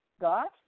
got